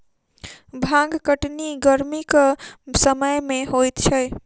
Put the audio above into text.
भांग कटनी गरमीक समय मे होइत छै